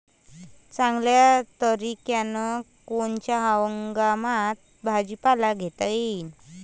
चांगल्या तरीक्यानं कोनच्या हंगामात भाजीपाला घेता येईन?